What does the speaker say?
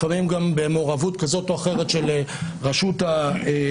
לפעמים גם במעורבות כזאת או אחרת של רשות התביעה.